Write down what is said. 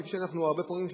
כפי שהרבה פעמים קורה,